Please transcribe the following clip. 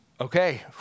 okay